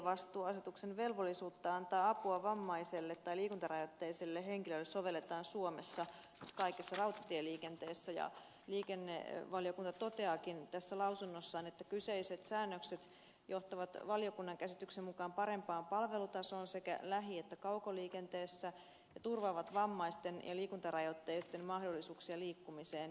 eun rautatievastuuasetuksen velvollisuutta antaa apua vammaiselle tai liikuntarajoitteiselle henkilölle sovelletaan suomessa kaikessa rautatieliikenteessä ja liikennevaliokunta toteaakin mietinnössään että kyseiset säännökset johtavat valiokunnan käsityksen mukaan parempaan palvelutasoon sekä lähi että kaukoliikenteessä ja turvaavat vammaisten ja liikuntarajoitteisten mahdollisuuksia liikkumiseen